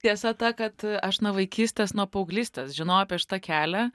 tiesa ta kad aš nuo vaikystės nuo paauglystės žinoj apie šitą kelią